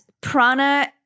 prana